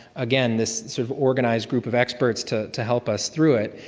again, this sort of organized group of experts to to help us through it.